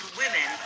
women